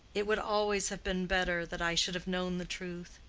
it would always have been better that i should have known the truth.